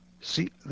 see